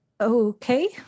Okay